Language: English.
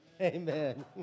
Amen